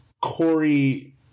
Corey